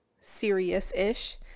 serious-ish